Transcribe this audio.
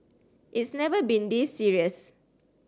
it's never been this serious